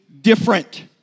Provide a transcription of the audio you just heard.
different